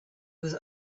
was